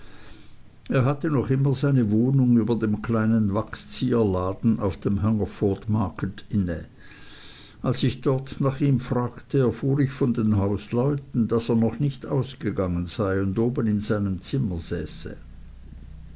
er hatte noch immer seine wohnung über dem kleinen wachszieherladen auf dem hungerford market inne als ich dort nach ihm fragte erfuhr ich von den hausleuten daß er noch nicht ausgegangen sei und oben in seinem zimmer